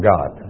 God